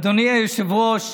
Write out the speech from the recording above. אדוני היושב-ראש,